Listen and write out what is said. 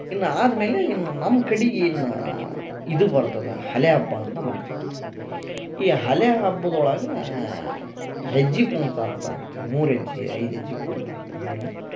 ಇನ್ನ ಆದ್ಮೇಲೆ ಇನ್ನು ನಮ್ಮ ಕಡಿಗೆ ಇನ್ನ ಇದು ಬರ್ತದ ಹಲೆ ಹಬ್ಬ ಅಂತ ಮಾಡ್ತಿವಿ ನಾವು ಈ ಹಲೆ ಹಬ್ದೊಳಗಾ ಹೆಜ್ಜೆ ಕುಣಿತ ಅಂತ ಹಾಕ್ತೀವಿ ಮೂರು ಹೆಜ್ಜೆ ಐದು ಹೆಜ್ಜೆ ಕುಣಿತ ಅಂತ ಬೇರೆ